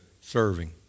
serving